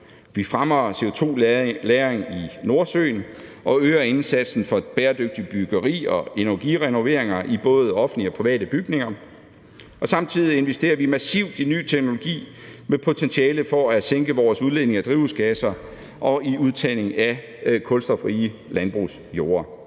vi fremmer CO2-lagring i Nordsøen og øger indsatsen for et bæredygtigt byggeri og energirenoveringer i både offentlige og private bygninger, og samtidig investerer vi massivt i ny teknologi med potentiale til at sænke vores udledning af drivhusgasser og i udtagning af kulstofrige landbrugsjorder.